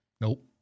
Nope